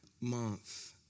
month